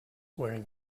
wearing